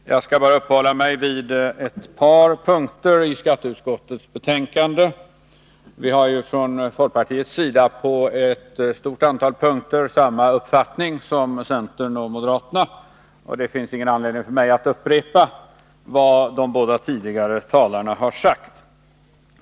Herr talman! Jag skall bara uppehålla mig vid ett par punkter i skatteutskottets betänkande. Vi har från folkpartiets sida på ett stort antal punkter samma uppfattning som centern och moderaterna, och det finns ingen anledning för mig att upprepa vad de båda tidigare talarna sagt.